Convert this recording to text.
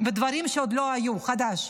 ודברים שעוד לא היו, חדש.